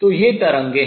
तो ये तरंगें हैं